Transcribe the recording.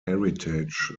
heritage